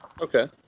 Okay